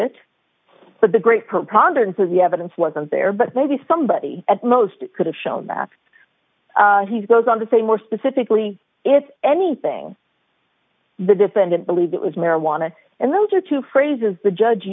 but the great province of the evidence wasn't there but maybe somebody at most could have shown that he's goes on to say more specifically if anything the defendant believed it was marijuana and those are two phrases the judge